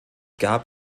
gab